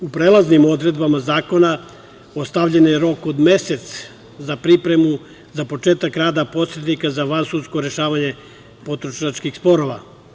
U prelaznim odredbama zakona ostavljen je rok od mesec za pripremu za početak rada posrednika za vansudsko rešavanje potrošačkih sporova.